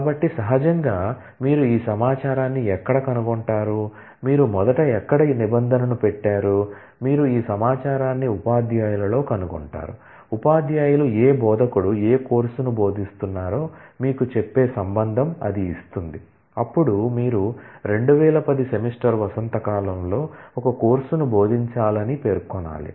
కాబట్టి సహజంగా మీరు ఈ సమాచారాన్ని ఎక్కడ కనుగొంటారు మీరు మొదట ఎక్కడ నిబంధన పెట్టారు మీరు ఈ సమాచారాన్ని ఉపాధ్యాయులలో కనుగొంటారు ఉపాధ్యాయులు ఏ బోధకుడు ఏ కోర్సును బోధిస్తున్నారో మీకు చెప్పే రిలేషన్ అది ఇస్తుంది అప్పుడు మీరు 2010 సెమిస్టర్ స్ప్రింగ్ లో ఒక కోర్సును బోధించాలని పేర్కొనాలి